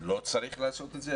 לא צריך לעשות את זה,